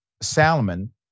Salomon